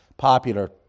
popular